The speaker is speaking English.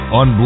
on